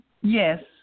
Yes